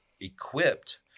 equipped